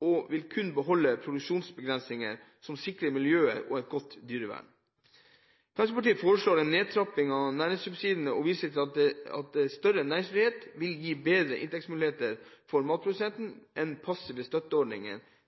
og vil kun beholde produksjonsbegrensninger som sikrer miljøet og et godt dyrevern. Fremskrittspartiet foreslår en nedtrapping av næringssubsidiene og viser til at større næringsfrihet vil gi bedre inntektsmuligheter for matprodusentene enn passive